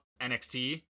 NXT